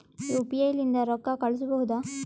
UPI ಲಿಂದ ರೊಕ್ಕ ಕಳಿಸಬಹುದಾ?